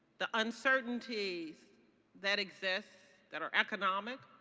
the uncertainties that exists that are economic,